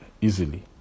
easily